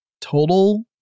total